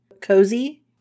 cozy